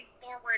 forward